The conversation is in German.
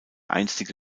einstige